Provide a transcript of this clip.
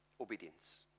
obedience